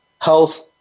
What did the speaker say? health